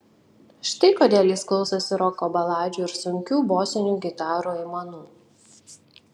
štai kodėl jis klausosi roko baladžių ir sunkių bosinių gitarų aimanų